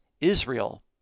Israel